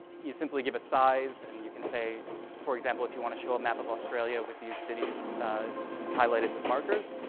you simply give a size, and you can say for example, if you want to show a map of australia with these cities highlighted with markers,